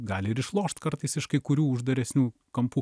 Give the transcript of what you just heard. gali ir išlošt kartais iš kai kurių uždaresnių kampų